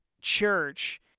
church